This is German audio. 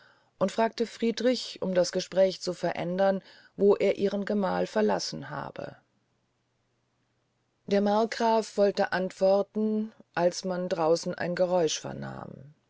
und fragte friedrich um das gespräch zu verändern wo er ihren gemahl verlassen habe der markgraf wollte antworten als man draussen ein geräusch vernahm